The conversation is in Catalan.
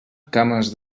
cames